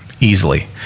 easily